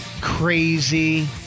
crazy